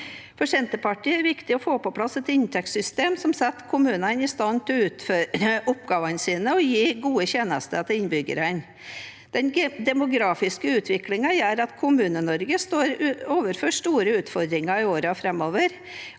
For Senterpartiet er det viktig å få på plass et inntektssystem som setter kommunene i stand til å utføre oppgavene sine og gi gode tjenester til innbyggerne. Den demografiske utviklingen gjør at Kommune-Norge står overfor store utfordringer i årene framover.